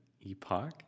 epoch